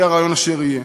יהיה הרעיון אשר יהיה.